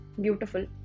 Beautiful